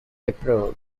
approved